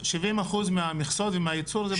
70% מהמכסות ומהייצור זה בצפון.